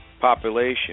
population